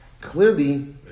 Clearly